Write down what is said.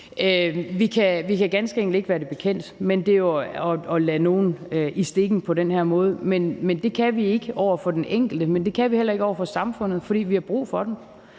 Vi kan ganske enkelt ikke være bekendt at lade nogen i stikken på den her måde. Det kan vi ikke over for den enkelte, men det kan vi heller ikke over for samfundet, for vi har brug for dem.